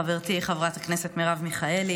חברתי חברת הכנסת מרב מיכאלי,